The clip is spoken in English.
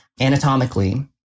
anatomically